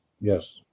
Yes